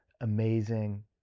amazing